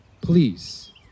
please